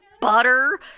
butter